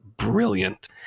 Brilliant